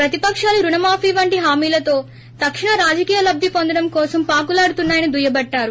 ప్రతిపకాలు రుణమాఫీ వంటి హామీలతో తక్షణ రాజకీయ లబ్ది పొందడం కోసం పాకులాడుతున్నాయని దుయ్యబట్టారు